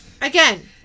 Again